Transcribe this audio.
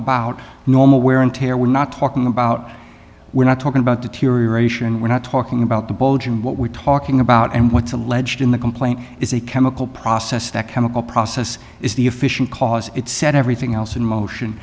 about normal wear and tear we're not talking about we're not talking about the theory ration we're not talking about the bulge and what we're talking about and what's alleged in the complaint is a chemical process that chemical process is the efficient cause it set everything else in motion